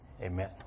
Amen